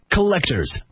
Collectors